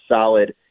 solid